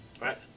right